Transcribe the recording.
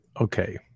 Okay